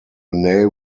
nail